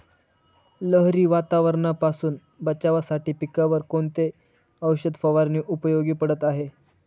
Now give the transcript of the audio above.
लहरी वातावरणापासून बचावासाठी पिकांवर कोणती औषध फवारणी उपयोगी पडत आहे?